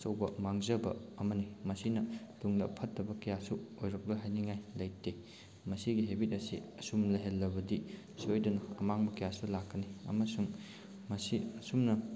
ꯑꯆꯧꯕ ꯃꯥꯡꯖꯕ ꯑꯃꯅꯤ ꯃꯁꯤꯅ ꯇꯨꯡꯗ ꯐꯠꯇꯕ ꯀꯌꯥꯁꯨ ꯑꯣꯏꯔꯛꯂꯣꯏ ꯍꯥꯏꯅꯤꯡꯉꯥꯏ ꯂꯩꯇꯦ ꯃꯁꯤꯒꯤ ꯍꯦꯕꯤꯠ ꯑꯁꯤ ꯑꯁꯨꯝ ꯂꯩꯍꯜꯂꯕꯗꯤ ꯁꯣꯏꯗꯅ ꯑꯃꯥꯡꯕ ꯀꯌꯥꯁꯨ ꯂꯥꯛꯀꯅꯤ ꯑꯃꯁꯨꯡ ꯃꯁꯤ ꯑꯁꯨꯝꯅ